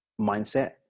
mindset